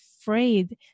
afraid